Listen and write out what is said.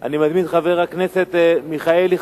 אני מזמין את חבר הכנסת אברהם מיכאלי,